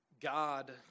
God